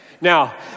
Now